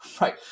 right